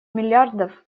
миллиардов